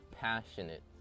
passionate